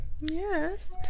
yes